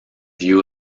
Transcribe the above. view